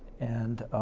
and,